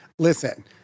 Listen